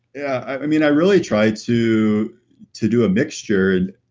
yeah i mean, i really try to to do a mixture. a